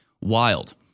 wild